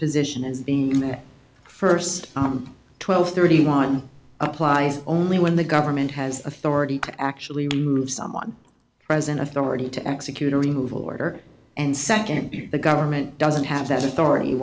position as being in the first twelve thirty one applies only when the government has authority to actually remove someone present authority to execute a removal order and second the government doesn't have that authority